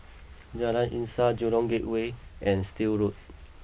Jalan Insaf Jurong Gateway and Still Road